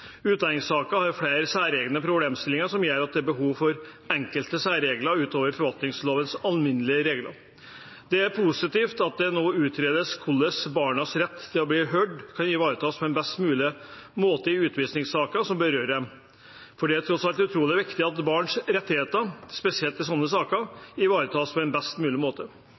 har flere særegne problemstillinger som gjør at det er behov for enkelte særregler utover forvaltningslovens alminnelige regler. Det er positivt at det nå utredes hvordan barnas rett til å bli hørt kan bli ivaretatt på en best mulig måte i utvisningssaker som berører dem. Det er tross alt utrolig viktig at barns rettigheter, spesielt i slike saker, ivaretas på best mulig måte.